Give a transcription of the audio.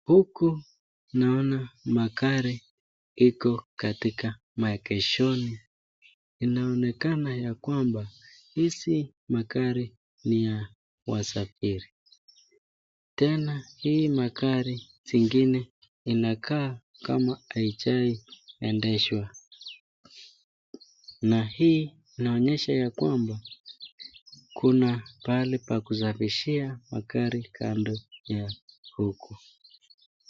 Huku naona magari iko katika maegeshoni inaonekana ya kwamba hizi magari ni ya wasafiri. Tena hii magari zingine inakaa kama haijai endeshwa na hii inaonyesha ya kwamba kuna pahali pa kusafishia magari kando ya huku.